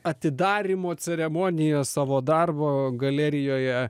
atidarymo ceremoniją savo darbo galerijoje